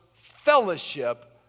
fellowship